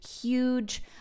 huge